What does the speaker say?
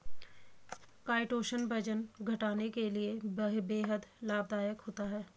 chitosan वजन घटाने के लिए बेहद लाभदायक होता है